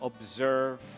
observe